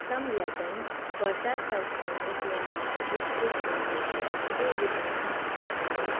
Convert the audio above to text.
સંલગ્ન ભાષા શાસ્ત્રનું જ્ઞાન વિસ્તૃત નથી જે વિજ્ઞાન ગણિત